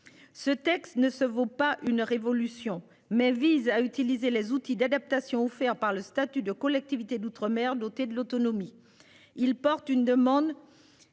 Ce texte ne se vaut pas une révolution mais vise à utiliser les outils d'adaptation offert par le statut de collectivité d'outre-mer doté de l'autonomie. Il porte une demande.